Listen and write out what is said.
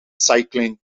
cycling